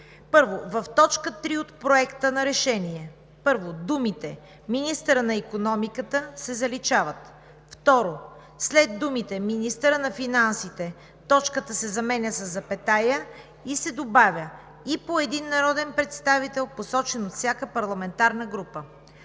„I. В т. 3 от Проекта на решение: Първо, думите „министърът на икономиката“ се заличават. Второ, след думите „министърът на финансите“ точката се заменя със запетая и се добавя „и по един народен представител, посочен от всяка парламентарна група.